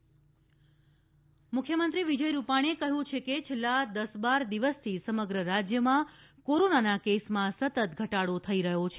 મુખ્યમંત્રી પાલનપુર મુખ્યમંત્રી વિજય રૂપાણીએ કહ્યું છે કે છેલ્લા દસ બાર દિવસથી સમગ્ર રાજ્યમાં કોરોનાના કેસમાં સતત ઘટાડો થઇ રહ્યો છે